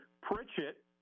Pritchett